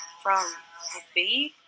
from a. bee?